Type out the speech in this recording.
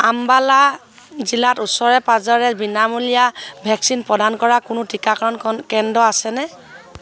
আম্বালা জিলাত ওচৰে পাঁজৰে বিনামূলীয়া ভেকচিন প্ৰদান কৰা কোনো টীকাকৰণ কেন্দ্ৰ আছেনে